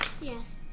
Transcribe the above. Yes